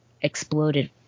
exploded